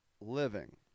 living